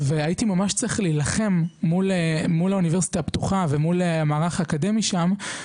והייתי ממש צריך להילחם מול האוניברסיטה הפתוחה ומול המערך האקדמי שם,